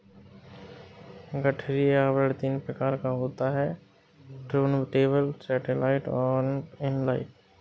गठरी आवरण तीन प्रकार का होता है टुर्नटेबल, सैटेलाइट और इन लाइन